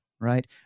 Right